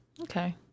Okay